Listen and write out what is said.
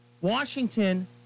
Washington